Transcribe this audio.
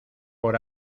por